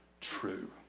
true